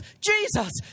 Jesus